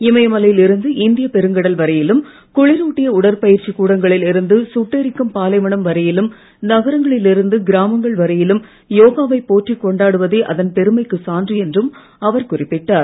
இமயமலையில் இருந்து இந்தியப் பெருங்கடல் வரையிலும் குளிரூட்டிய உடற்பயிற்சி கூடங்களில் இருந்து சுட்டெரிக்கும் பாலைவனம் வரையிலும் நகரங்களில் இருந்து கிராமங்கள் வரையிலும் யோகாவைப் போற்றிக் கொண்டாடுவதே அதன் பெருமைக்கு சான்று என்றும் அவர் குறிப்பிட்டார்